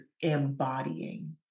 embodying